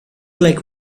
like